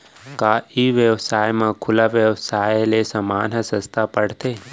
का ई व्यवसाय म खुला व्यवसाय ले समान ह का सस्ता पढ़थे?